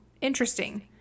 interesting